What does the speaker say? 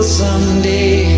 someday